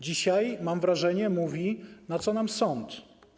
Dzisiaj, mam wrażenie, mówi: Na co nam sąd?